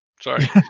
Sorry